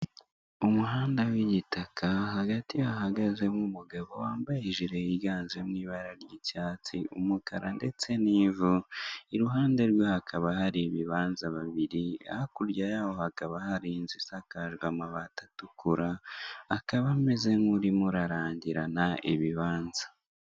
Umuhanda w'igitaka, hagati hahagazemo umugabo wambawe ijire yiganjemo ibara ry'icyatsi, umukara, ndetse n'ivu, iruhande rwe hakaba hari ibibanza bibiri, hakurya yaho hakaba hari inzu izakajwe amabati atukura, akaba ameze nk'urimo urarangirana ibibanza.